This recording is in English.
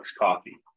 coffee